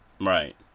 Right